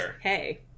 Hey